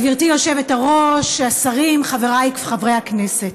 גברתי היושבת-ראש, השרים, חבריי חברי הכנסת.